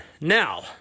now